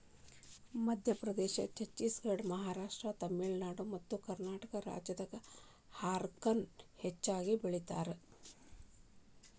ಮಧ್ಯಪ್ರದೇಶ, ಛತ್ತೇಸಗಡ, ಮಹಾರಾಷ್ಟ್ರ, ತಮಿಳುನಾಡು ಮತ್ತಕರ್ನಾಟಕ ರಾಜ್ಯದಾಗ ಹಾರಕ ನ ಹೆಚ್ಚಗಿ ಬೆಳೇತಾರ